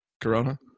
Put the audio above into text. Corona